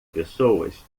pessoas